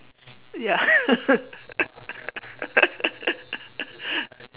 ya